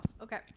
Okay